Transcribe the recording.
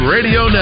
Radio